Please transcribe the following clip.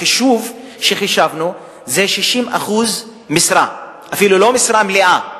בחישוב שחישבנו זה 60% משרה, אפילו לא משרה מלאה.